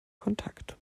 kontakt